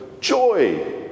joy